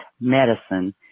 medicine